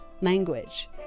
language